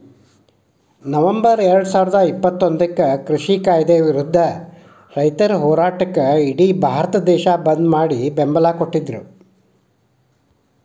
November ಎರಡುಸಾವಿರದ ಇಪ್ಪತ್ತೊಂದಕ್ಕ ಕೃಷಿ ಕಾಯ್ದೆ ವಿರುದ್ಧ ರೈತರ ಹೋರಾಟಕ್ಕ ಇಡಿ ಭಾರತ ದೇಶ ಬಂದ್ ಮಾಡಿ ಬೆಂಬಲ ಕೊಟ್ಟಿದ್ರು